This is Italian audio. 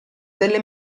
delle